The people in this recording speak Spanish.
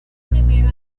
primero